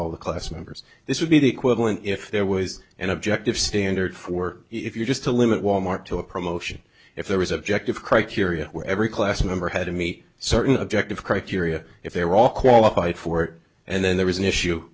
all the class members this would be the equivalent if there was an objective standard for if you're just to limit walmart to a promotion if there was objective criteria where every class member had to meet certain objective criteria if they were all qualified for it and then there was an issue